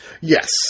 Yes